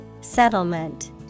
Settlement